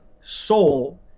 soul